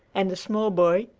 and a small boy,